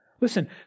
Listen